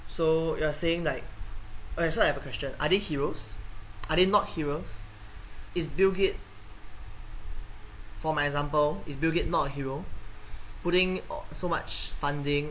so you are saying like oh actually I have a question are they heroes are they not heroes is bill gates for my example is bill gates not a hero putting so much funding